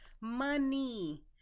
money